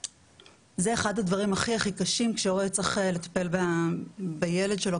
זה אחד הדברים הכי קשים כשהורה צריך לטפל בילד שלו.